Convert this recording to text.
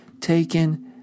taken